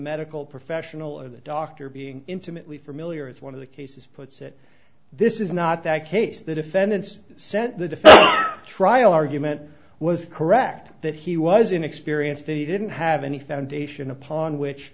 medical professional or the doctor being intimately familiar with one of the cases puts it this is not that case the defendants sent the defense trial argument was correct that he was inexperienced that he didn't have any foundation upon which